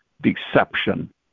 deception